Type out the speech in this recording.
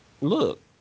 Look